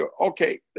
Okay